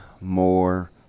more